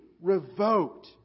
revoked